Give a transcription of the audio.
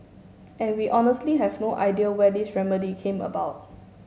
and we honestly have no idea where this remedy came about